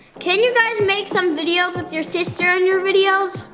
can you guys make some videos with your sister on your videos?